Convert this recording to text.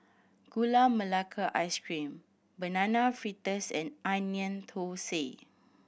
Gula Melaka Ice Cream Banana Fritters and Onion Thosai